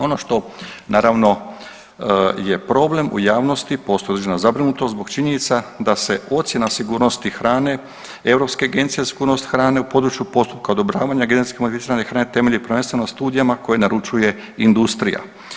Ono što naravno je problem u javnosti, postoji određena zabrinutost zbog činjenica da se ocjena sigurnosti hrane Europske agencije za sigurnost hrane u području postupku odobravanja genetski modificirane hrane temeljem prvenstveno na studijama koje naručuje industrija.